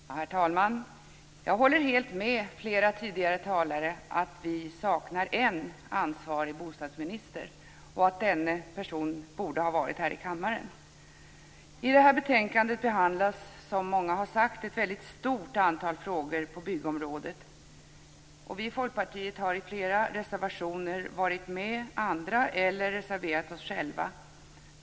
Herr talman! Jag håller helt med flera tidigare talare om att vi saknar en ansvarig bostadsminister och att denna person borde ha varit här i kammaren. I betänkandet behandlas, som många har sagt, ett väldigt stort antal frågor på byggområdet. Vi i Folkpartiet har flera reservationer tillsammans med andra eller själva.